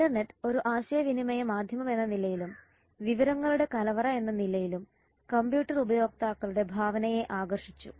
internet ഒരു ആശയവിനിമയ മാധ്യമമെന്ന നിലയിലും വിവരങ്ങളുടെ കലവറ എന്ന നിലയിലും കമ്പ്യൂട്ടർ ഉപയോക്താക്കളുടെ ഭാവനയെ ആകർഷിച്ചു